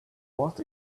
but